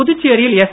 புதுச்சேரியில் எஸ்